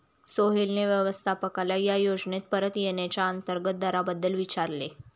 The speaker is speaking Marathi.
सोहेलने व्यवस्थापकाला या योजनेत परत येण्याच्या अंतर्गत दराबद्दल विचारले